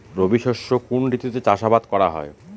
রবি শস্য কোন ঋতুতে চাষাবাদ করা হয়?